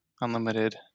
unlimited